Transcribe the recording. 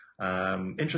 Interesting